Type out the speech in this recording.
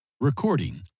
Recording